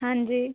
ਹਾਂਜੀ